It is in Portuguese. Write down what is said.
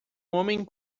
homem